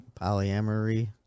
polyamory